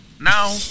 Now